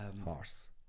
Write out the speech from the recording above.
Horse